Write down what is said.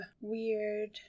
weird